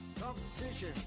Competition